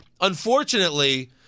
Unfortunately